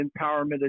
empowerment